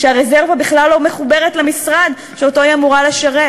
כשהרזרבה בכלל לא מחוברת למשרד שאותו היא אמורה לשרת.